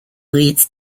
leads